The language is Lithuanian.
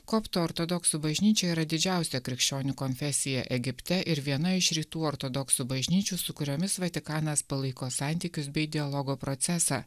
koptų ortodoksų bažnyčia yra didžiausia krikščionių konfesija egipte ir viena iš rytų ortodoksų bažnyčių su kuriomis vatikanas palaiko santykius bei dialogo procesą